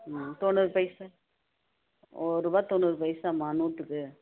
ம் தொண்ணூறு பைசா ஒரு ரூபா தொண்ணூறு பைசாம்மா நூற்றுக்கு